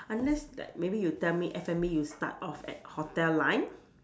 unless like maybe you tell me F&B you start off at hotel line